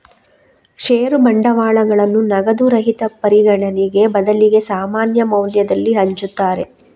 ಷೇರು ಬಂಡವಾಳಗಳನ್ನ ನಗದು ರಹಿತ ಪರಿಗಣನೆಗೆ ಬದಲಿಗೆ ಸಾಮಾನ್ಯ ಮೌಲ್ಯದಲ್ಲಿ ಹಂಚುತ್ತಾರೆ